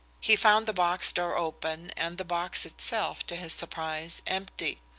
he found the box door open and the box itself, to his surprise, empty.